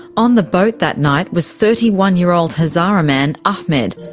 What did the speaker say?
on the boat that night was thirty one year old hazara man ahmed,